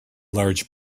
large